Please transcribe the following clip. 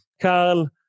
Carl